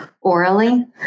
orally